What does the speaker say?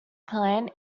plant